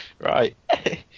Right